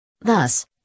Thus